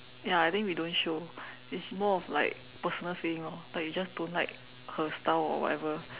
ya I think we don't show it's more of like personal feelings lor like you just don't like her style or whatever